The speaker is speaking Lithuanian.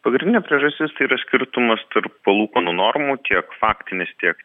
pagrindinė priežastis tai yra skirtumas tarp palūkanų normų tiek faktinis tiek